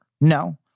No